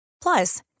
Plus